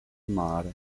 mare